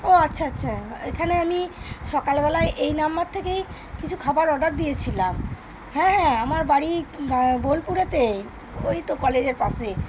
ও আচ্ছা আচ্ছা এখানে আমি সকালবেলায় এই নাম্বার থেকেই কিছু খাবার অর্ডার দিয়েছিলাম হ্যাঁ হ্যাঁ আমার বাড়ি বোলপুরেতে ওই তো কলেজের পাশে